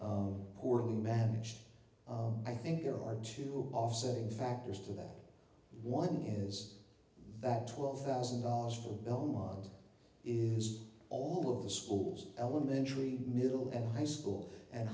is poorly managed i think there are two offsetting factors to that one is that twelve thousand dollars for belmont is all of the schools elementary middle and high school and